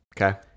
Okay